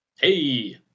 Hey